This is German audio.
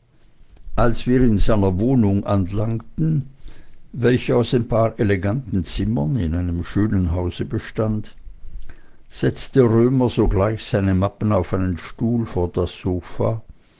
als wir in seiner wohnung anlangten welche aus ein paar eleganten zimmern in einem schönen hause bestand setzte römer sogleich seine mappen auf einen stuhl vor das sofa